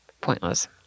pointless